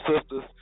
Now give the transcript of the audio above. Sisters